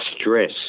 stress